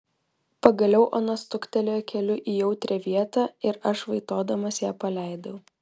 pagaliau ona stuktelėjo keliu į jautrią vietą ir aš vaitodamas ją paleidau